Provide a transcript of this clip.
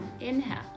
inhale